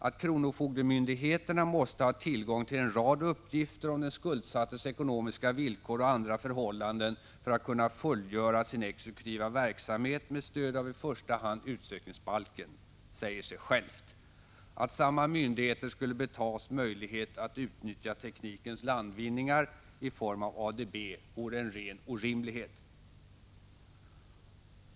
Att kronofogdemyndigheterna måste ha tillgång till en rad uppgifter om den skuldsattes ekonomiska villkor och andra förhållanden för att kunna fullgöra sin exekutiva verksamhet med stöd av i första hand utsökningsbalken säger sig självt. Att samma myndigheter skulle betagas möjlighet att utnyttja teknikens landvinningar i form av ADB vore en ren orimlighet.